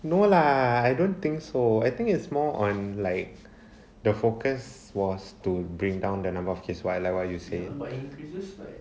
no lah I don't think so I think it's more on like the focus was to bring down the number of cases why like what you say